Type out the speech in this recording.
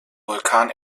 vulkan